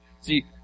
See